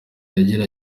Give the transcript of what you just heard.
yagiye